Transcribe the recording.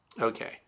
Okay